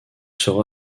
sera